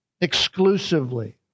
exclusively